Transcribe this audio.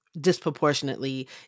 disproportionately